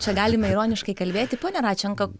čia galime ironiškai kalbėti pone radčenka